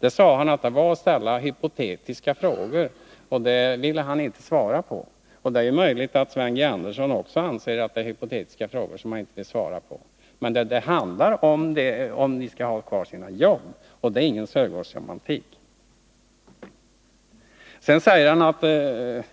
Han sade att det var att ställa hypotetiska frågor, och sådana ville han inte svara på. Det är möjligt att Sven G. Andersson också anser att det är hypotetiska frågor, som han inte vill svara på. Men vad det handlar om är huruvida dessa människor skall ha kvar sina jobb, och det är ingen Sörgårdsromantik. Sedan säger Sven Andersson att